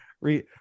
re